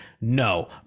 No